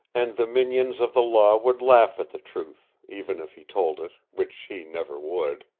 and the minions of the law would laugh at the truth, even if he told it which he never would.